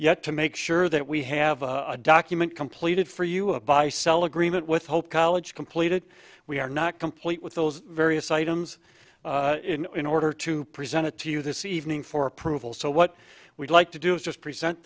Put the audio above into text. yet to make sure that we have a document completed for you a buy sell agreement with hope college completed we are not complete with those various items in order to present it to you this evening for approval so what we'd like to do is just present